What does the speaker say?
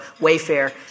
Wayfair